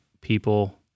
people